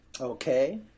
Okay